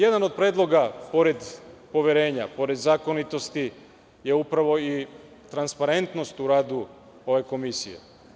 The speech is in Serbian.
Jedan od predloga, pored poverenja, pored zakonitosti, je upravo i transparentnost u radu ove Komisije.